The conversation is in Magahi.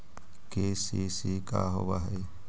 के.सी.सी का होव हइ?